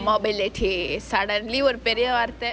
mobility suddenly ஒரு பெரிய வார்த்தை:oru periya varthai